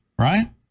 right